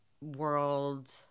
world